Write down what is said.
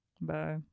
Bye